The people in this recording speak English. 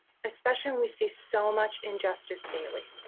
especially we see so much injustice daily.